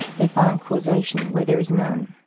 they find causation where there is none.